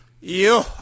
Yo